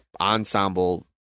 ensemble